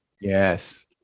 Yes